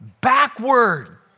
backward